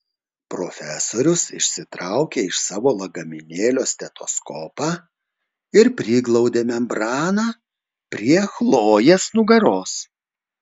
profesorius išsitraukė iš savo lagaminėlio stetoskopą ir priglaudė membraną prie chlojės nugaros